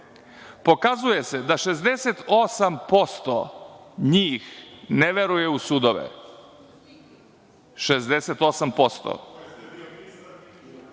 Pokazuje se da 68% njih ne veruje u sudove, 68%.